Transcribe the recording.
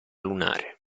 lunare